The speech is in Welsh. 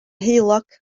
heulog